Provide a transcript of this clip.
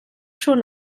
schon